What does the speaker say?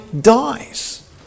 dies